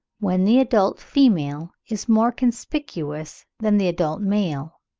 when the adult female is more conspicuous than the adult male,